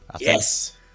yes